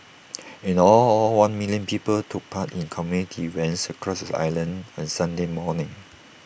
in all all one million people took part in community events across the island on Sunday morning